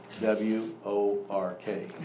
W-O-R-K